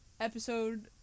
episode